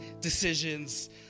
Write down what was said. decisions